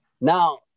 Now